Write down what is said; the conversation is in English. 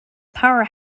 power